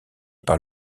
par